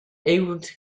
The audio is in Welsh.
uwd